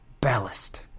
Ballast